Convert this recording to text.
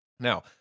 Now